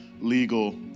legal